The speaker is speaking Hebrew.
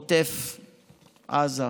עוטף עזה.